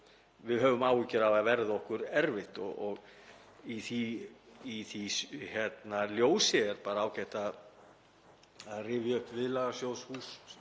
við höfum áhyggjur af að verði okkur erfitt. Í því ljósi er ágætt að rifja upp viðlagasjóðshúsin